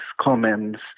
comments